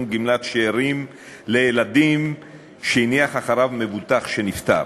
גמלת שאירים לילדים שהניח אחריו מבוטח שנפטר.